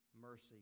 mercy